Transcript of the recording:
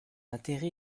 intérêt